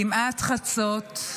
כמעט חצות,